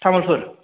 Tamulpur